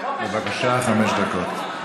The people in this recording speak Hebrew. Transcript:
בבקשה, חמש דקות.